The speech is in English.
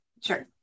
Sure